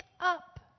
up